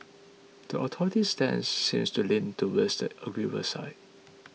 the authorities stance seems to lean towards the agreeable side